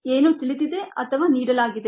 ಏನು ತಿಳಿದಿದೆ ಅಥವಾ ನೀಡಲಾಗಿದೆ